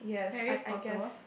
Harry Potter